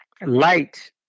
light